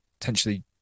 potentially